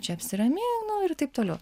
čia apsiramink nu ir taip toliau